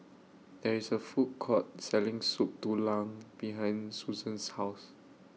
There IS A Food Court Selling Soup Tulang behind Susann's House